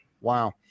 Wow